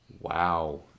Wow